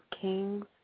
kings